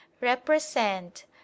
represent